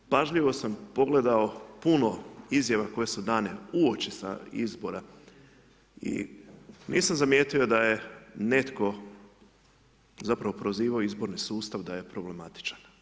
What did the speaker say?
Pažljivo sam pogledao puno izjava koje su dane uoči sa izbora i nisam zamijetio da je netko, zapravo, prozivao izborni sustav da je problematičan.